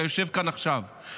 אתה יושב כאן עכשיו,